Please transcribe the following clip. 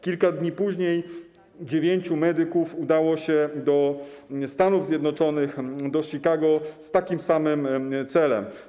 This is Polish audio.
Kilka dni później 9 medyków udało się do Stanów Zjednoczonych, do Chicago, w takim samym celu.